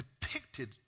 depicted